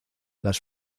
las